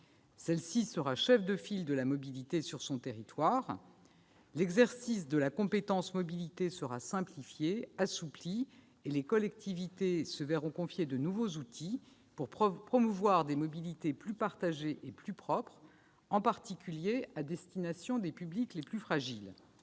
Celle-ci sera cheffe de file de la mobilité sur son territoire. L'exercice de cette compétence mobilités sera simplifié, assoupli, et les collectivités se verront confier de nouveaux outils pour promouvoir des mobilités plus partagées et plus propres, en particulier à destination des publics les plus fragiles.